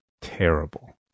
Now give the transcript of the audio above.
terrible